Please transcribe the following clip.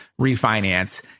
refinance